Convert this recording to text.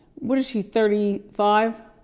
what is she thirty five?